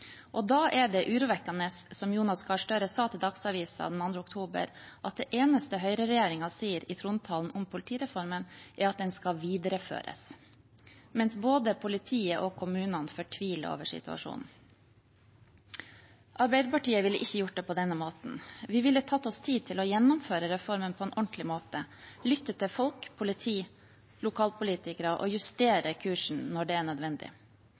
Da er det urovekkende, som representanten Jonas Gahr Støre sa til Dagsavisen den 2. oktober, at det eneste høyregjeringen sier i trontalen om politireformen, er at den skal videreføres, mens både politiet og kommunene fortviler over situasjonen. Arbeiderpartiet ville ikke gjort det på denne måten. Vi ville tatt oss tid til å gjennomføre reformen på en ordentlig måte, lyttet til folk, politi og lokalpolitikere og justert kursen når det var nødvendig.